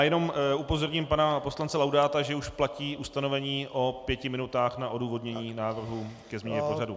Jenom upozorním pana poslance Laudáta, že už platí ustanovení o pěti minutách na odůvodnění návrhu ke změně pořadu.